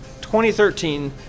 2013